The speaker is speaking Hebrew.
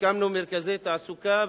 הקמנו מרכזי תעסוקה,